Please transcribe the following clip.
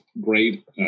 great